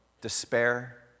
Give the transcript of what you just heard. despair